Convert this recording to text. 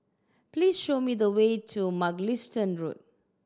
please show me the way to Mugliston Road